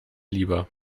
lieber